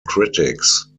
critics